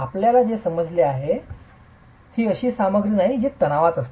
आपल्याला जे समजते ते आहे ही अशी सामग्री नाही जी तणावासाठी असते